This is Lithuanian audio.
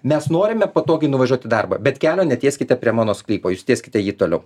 mes norime patogiai nuvažiuoti į darbą bet kelio netieskite prie mano sklypo jūs tieskite ji toliau